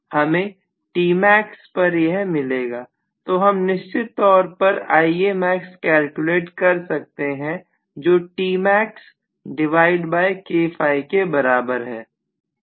हमें Tmax पर यह मिलेगा तो हम निश्चित तौर पर कैलकुलेट कर सकते हैं जो के बराबर है